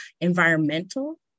environmental